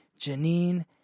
Janine